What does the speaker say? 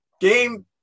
Game